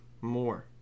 more